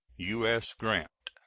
u s. grant.